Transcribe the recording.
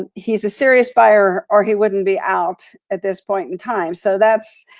ah he's a serious buyer or he wouldn't be out at this point in time. so that's,